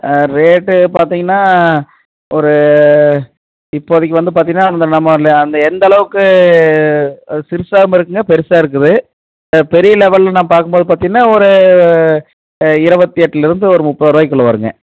rate பார்த்தீங்கன்னா ஒரு இப்போதைக்கு வந்து பார்த்தீங்கன்னா அந்த நம்மளே அந்த எந்த அளவுக்கு சிறுசாவும் இருக்கும்ங்க பெருசாக இருக்குது பெரிய லெவலில் நான் பார்க்கும்போது பார்த்தீங்கன்னா ஒரு இரவத்தெட்டுலேருந்து ஒரு முப்பதுருவாய்க்குள்ளே வரும்ங்க